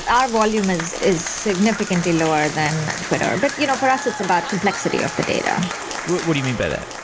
our volume is is significantly lower than twitter. but you know for us, it's about complexity of the data what what do you mean by that?